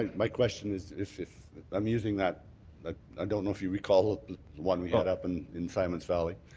my question is if if i'm using that i don't know if you recall the one we brought up and in simon's valley,